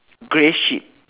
grey sheep